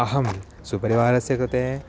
अहं स्वपरिवारस्य कृते